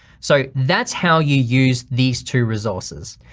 so that's how you use these two resources.